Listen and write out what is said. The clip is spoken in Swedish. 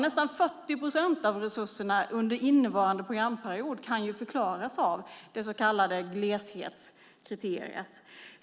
Nästan 40 procent av resurserna under innevarande programperiod kan förklaras av det så kallade gleshetskriteriet.